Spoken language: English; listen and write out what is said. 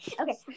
Okay